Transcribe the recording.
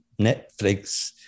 Netflix